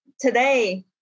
today